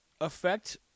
affect